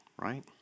right